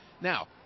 Now